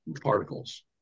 particles